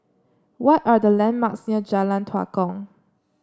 what are the landmarks near Jalan Tua Kong